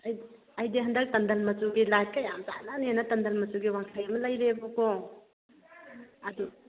ꯑꯩ ꯑꯩꯗꯤ ꯍꯟꯗꯛ ꯇꯟꯗꯟ ꯃꯆꯨꯒꯤ ꯂꯥꯏꯠꯀ ꯌꯥꯝ ꯆꯥꯅꯅꯦꯅ ꯇꯟꯗꯟ ꯃꯆꯨꯒꯤ ꯋꯥꯡꯈꯩ ꯑꯃ ꯂꯩꯔꯦꯕꯀꯣ ꯑꯗꯨ